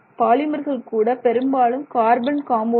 பாலிமர்கள் கூட பெரும்பாலும் கார்பன் காம்பவுண்டுகள்